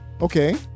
Okay